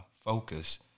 focus